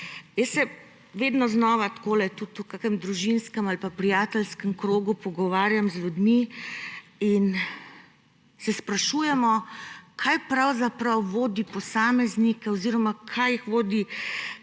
Jaz se vedno znova, tudi v kakšnem družinskem ali prijateljskem krogu, pogovarjam z ljudmi in se sprašujemo, kaj pravzaprav vodi posameznike oziroma kaj jih vodi